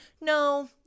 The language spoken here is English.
No